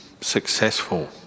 successful